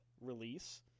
release